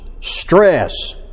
stress